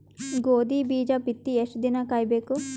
ಗೋಧಿ ಬೀಜ ಬಿತ್ತಿ ಎಷ್ಟು ದಿನ ಕಾಯಿಬೇಕು?